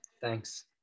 Thanks